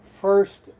first